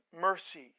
mercy